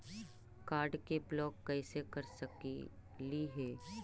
Card के block कैसे कर सकली हे?